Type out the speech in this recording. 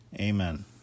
Amen